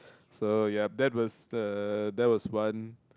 so yup that was the that was one